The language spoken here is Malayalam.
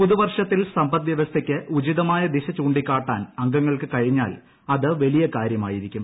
പുതുവർഷത്തിൽ സമ്പദ് വ്യവസ്ഥയ്ക്ക് ഉചിതമായ ദിശ ചൂണ്ടി ക്കാട്ടാൻ അംഗങ്ങൾക്ക് കഴിഞ്ഞാൽ അത് വലിയ കാര്യമായിരിക്കും